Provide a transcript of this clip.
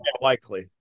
Likely